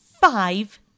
five